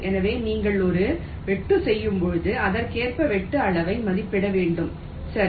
எனவே நீங்கள் ஒரு வெட்டு செய்யும் போது அதற்கேற்ப வெட்டு அளவை மதிப்பிட வேண்டும் சரி